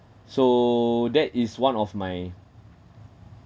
so that is one of my